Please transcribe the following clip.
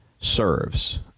serves